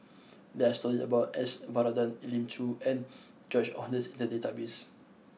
there are stories about S Varathan Elim Chew and George Oehlers in the database